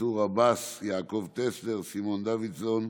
מנסור עבאס, יעקב טסלר, סימון דוידסון,